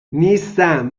نیستم